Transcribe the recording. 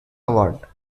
award